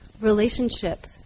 relationship